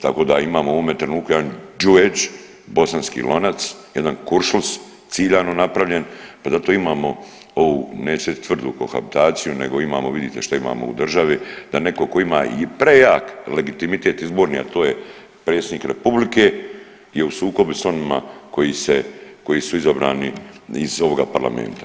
Tako da imamo u ovome trenutku jedan đuveč, bosanski lonac, jedan kuršlus ciljano napravljen pa zato imamo ovu neću reći tvrdu kohabitaciju nego imamo, vidite što imamo u državi da netko tko ima i prejak legitimitet izborni, a to je predsjednik Republike je u sukobu sa onima koji su izabrani iz ovoga Parlamenta.